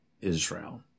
Israel